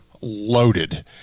loaded